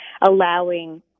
allowing